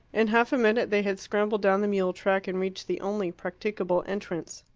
in half a minute they had scrambled down the mule-track and reached the only practicable entrance.